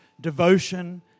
devotion